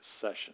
session